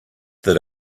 that